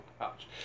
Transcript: ouch